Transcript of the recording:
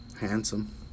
Handsome